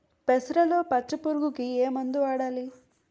పెసరలో పచ్చ పురుగుకి ఏ మందు వాడాలి?